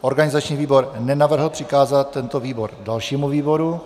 Organizační výbor nenavrhl přikázat tento návrh dalšímu výboru.